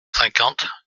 cinquante